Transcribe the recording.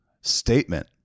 statement